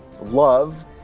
love